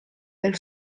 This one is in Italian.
del